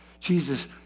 Jesus